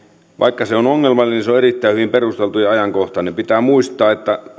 vaikka se on ongelmallinen erittäin hyvin perusteltu ja ajankohtainen pitää muistaa